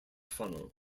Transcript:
funnel